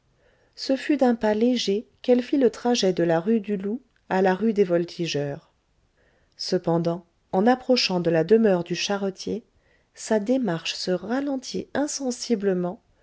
ce fut d'un pas léger qu'elle fit le trajet de la rue du loup à la rue des voltigeurs cependant en approchant de la demeure du charretier sa démarche se ralentit